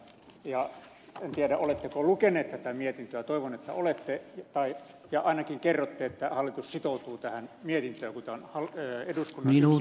en tiedä oletteko lukenut tätä mietintöä toivon että olette ja ainakin kerrotte että hallitus sitoutuu tähän mietintöön kun tämä on eduskunnan yksimielinen mietintö